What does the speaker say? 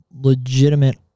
legitimate